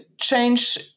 change